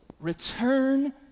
Return